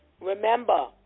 Remember